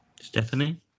Stephanie